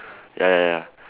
ya ya ya